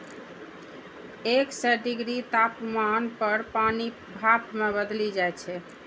एक सय डिग्री तापमान पर पानि भाप मे बदलि जाइ छै